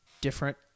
different